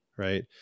right